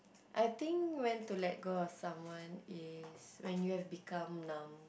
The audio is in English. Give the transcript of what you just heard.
I think when to let go of someone is when you have become numb